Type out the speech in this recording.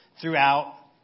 throughout